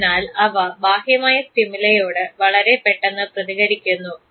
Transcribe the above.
അതിനാൽ അവ ബാഹ്യമായ സ്റ്റിമുലൈയോട് വളരെ പെട്ടെന്ന് പ്രതികരിക്കുന്നു